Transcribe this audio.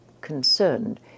concerned